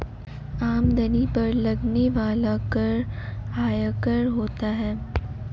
आमदनी पर लगने वाला कर आयकर होता है